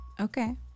Okay